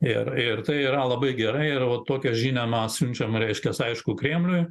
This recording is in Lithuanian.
ir ir tai yra labai gerai yra va tokią žinią mąstančiam reiškias aišku kremliui